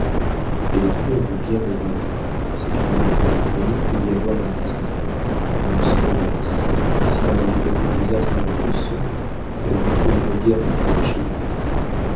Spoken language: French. elle est tombée en de bien mauvaises mains c'est une honte pour une famille que d'y avoir un du tillet un homme sans noblesse s'il arrivait quelque désastre à votre sœur elle ne trouverait guère de pitié chez lui